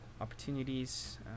opportunities